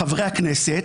חברי הכנסת,